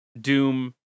doom